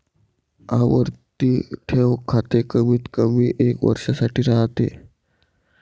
आवर्ती ठेव खाते कमीतकमी एका वर्षासाठी राहते